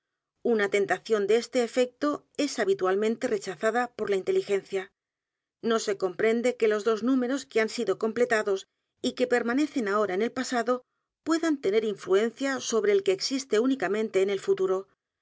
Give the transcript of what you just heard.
una tentación de este efecto es habitualmente rechazada por la inteligencia no se comprende que los dos números que han sido completados y que permanecen ahora en el pasado puedan tener influencia sobre el que existe únicamente en el f